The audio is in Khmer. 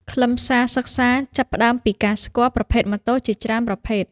ខ្លឹមសារសិក្សាចាប់ផ្តើមពីការស្គាល់ប្រភេទម៉ូតូជាច្រើនប្រភេទ។